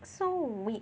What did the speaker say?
so weak